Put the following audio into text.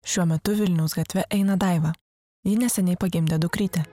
šiuo metu vilniaus gatve eina daiva ji neseniai pagimdė dukrytę